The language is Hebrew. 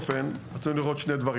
רצינו לראות שני דברים.